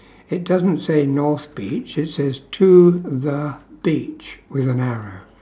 it doesn't say north beach it says to the beach with an arrow